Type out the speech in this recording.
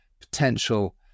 potential